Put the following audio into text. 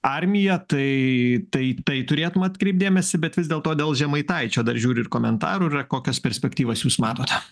armiją tai tai į tai turėtum atkreipt dėmesį bet vis dėlto dėl žemaitaičio dar žiūriu ir komentarų yra kokias perspektyvas jūs matote